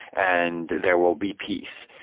and there will be peace.